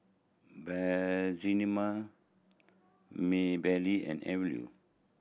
Breanne Maybelle and Evia